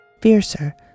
fiercer